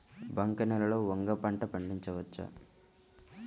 బంక నేలలో వంగ పంట పండించవచ్చా?